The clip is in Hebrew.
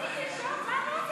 מה אתה רוצה ממנו?